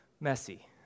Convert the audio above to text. messy